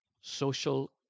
Social